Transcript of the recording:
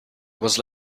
was